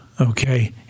okay